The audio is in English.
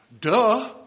Duh